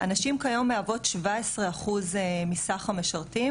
הנשים כיום מהוות 17 אחוז מסך המשרתים